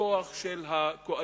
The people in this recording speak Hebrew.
בכוח של הקואליציה.